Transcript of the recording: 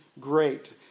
great